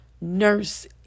nurse